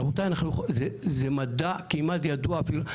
רבותיי, זה מדע כמעט ידוע אפילו.